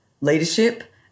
leadership